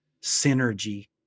synergy